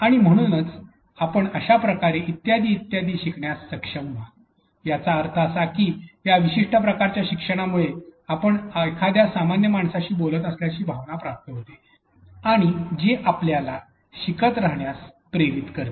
आणि म्हणूनच आपण अशा प्रकारे इत्यादि इत्यादि शिकण्यास सक्षम व्हाल याचा अर्थ असा की या विशिष्ट प्रकारच्या शिक्षणामुळे आपण एखाद्या सामान्य माणसाशी बोलत असल्यासारखे भावना प्राप्त होते आणि जे आपल्याला शिकत राहण्यास प्रेरित करते